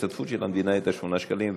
ההשתתפות של המדינה הייתה 8 שקלים,